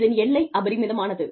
இதன் எல்லை அபரிமிதமானது